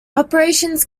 operations